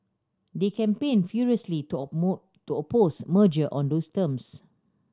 they campaigned furiously to to oppose merger on those terms